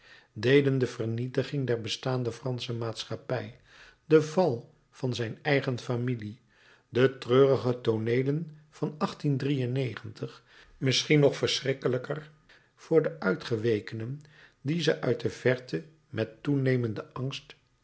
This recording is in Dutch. deden de vernietiging der bestaande fransche maatschappij de val van zijn eigen familie de treurige tooneelen van misschien nog verschrikkelijker voor de uitgewekenen die ze uit de verte met toenemenden angst